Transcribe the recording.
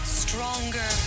stronger